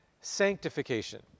sanctification